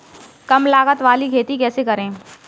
कम लागत वाली खेती कैसे करें?